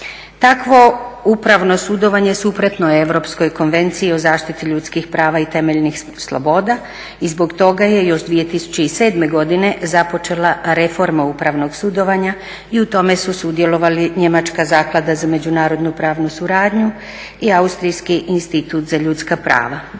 Takvo upravno sudovanje suprotno je Europskoj konvenciji o zaštiti ljudskih prava i temeljnih sloboda i zbog toga je još 2007. godine započela reforma upravnog sudovanja i u tome su sudjelovali njemačka Zaklada za međunarodnu pravnu suradnju i austrijski Institut za ljudska prava.